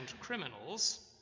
criminals